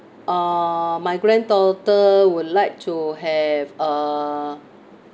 err my granddaughter would like to have err